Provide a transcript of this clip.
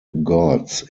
gods